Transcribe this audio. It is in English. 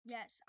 Yes